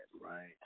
right